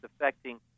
affecting